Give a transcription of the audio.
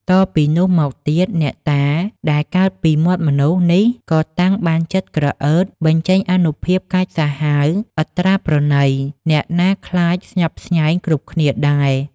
តពីនោះមកទៀត អ្នកតាដែលកើតពីមាត់មនុស្សនេះក៏តាំងបានចិត្តក្រអឺត បញ្ចេញអានុភាពកាចសាហាវឥតត្រាប្រណី អ្នកណាខ្លាចស្ញប់ស្ញែងគ្រប់គ្នាដែរ ។